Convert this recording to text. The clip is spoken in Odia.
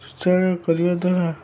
ଶୌଚାଳୟ କରିବା ଦ୍ୱାରା